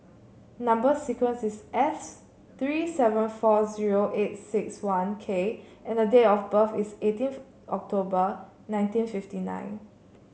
number sequence is S three seven four zero eight six one K and date of birth is eighteen October nineteen fifty nine